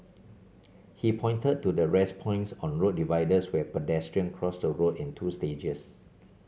he pointed to the 'rest points' on road dividers where pedestrians cross the road in two stages